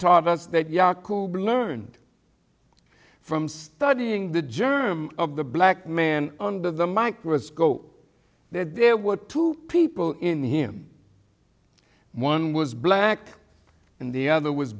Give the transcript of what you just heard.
taught us that jacobi learned from studying the germ of the black man under the microscope that there were two people in him one was black and the other was